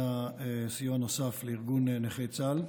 סיוע נוסף לארגון נכי צה"ל,